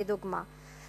לדוגמה,